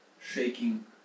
shaking